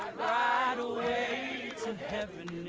ride away to heaven